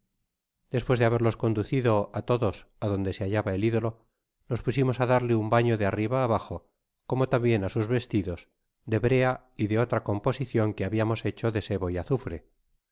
despues de haberlos conducido á todos adonde se hallaba el ídolo nos pusimos á darle un baño dearriba abao cemo tambien á sus vestidos de brea y de otra composicion que habiamos hecho de sebo y azufre